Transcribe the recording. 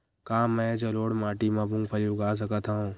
का मैं जलोढ़ माटी म मूंगफली उगा सकत हंव?